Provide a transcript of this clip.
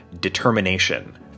determination